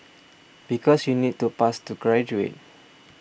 because you need to pass to graduate